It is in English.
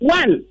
one